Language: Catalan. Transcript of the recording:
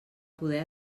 poder